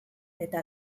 eta